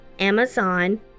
Amazon